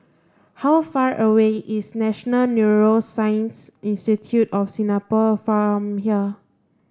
how far away is National Neuroscience Institute of Singapore from here